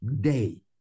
day